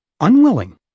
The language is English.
unwilling